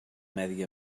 medi